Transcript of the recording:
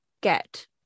get